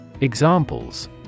Examples